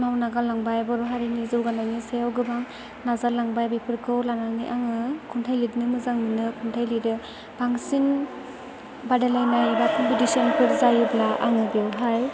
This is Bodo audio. मावना गालांबाय बर'हारिनि जौगानायनि सायाव गोबां नाजालांबाय बेफोरखौ लानानै आङो खन्थाइ लिरनो मोजां मोनो खन्थाइ लिरो बांसिन बादायलायनाय बा खम्पिटिसनफोर जायोब्ला आङो बेवहाय